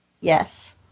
Yes